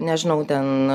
nežinau ten